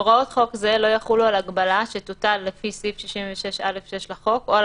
הוראות חוק זה לא יחולו על הגבלה שתוטל לפי סעיף 66א(6) לחוק או על